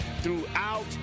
throughout